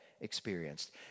experienced